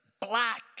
black